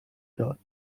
داد